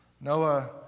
Noah